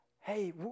Hey